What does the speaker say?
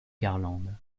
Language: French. garlande